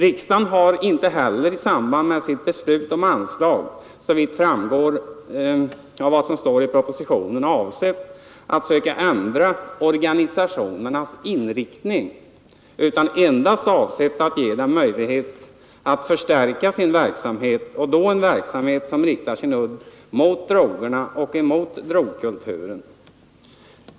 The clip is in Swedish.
Riksdagen har inte heller i samband med sitt beslut om anslag, såvitt framgår av vad som står i propositionen, avsett att söka ändra organisationernas inriktning utan endast avsett att ge dem möjlighet att förstärka sin verksamhet en verksamhet som riktar sin udd mot drogerna och drogkulturen.